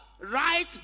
right